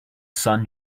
sun